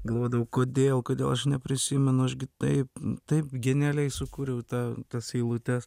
galvodavau kodėl kodėl aš neprisimenu aš gi taip taip genialiai sukūriau tą tas eilutes